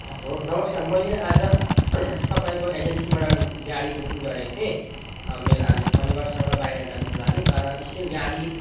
hello नमस्कार मैले आज तपाईँको एजेन्सीबाट गाडी बुकिङ गरेको थिएँ मेरो आज परिवारसँग बाहिर जानुको लागि तर स्टिल गाडी